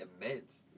immense